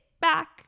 back